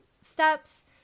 steps